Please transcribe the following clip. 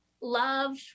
love